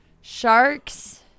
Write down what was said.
Sharks